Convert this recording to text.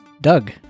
Doug